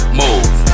move